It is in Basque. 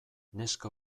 neska